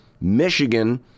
Michigan